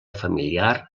familiar